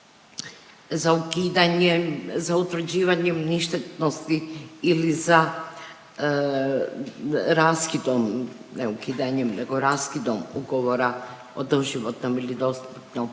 za ukidanjem, za utvrđivanjem ništetnosti ili za raskidom, ne ukidanjem nego raskidom ugovora o doživotnom ili dosmrtnom